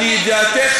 אז לידיעתך,